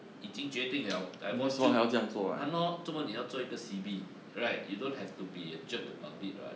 已经决定 liao divorce 就 !hannor! 这么你要做一个 C_B right you don't have to be a jerk about it [what]